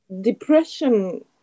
Depression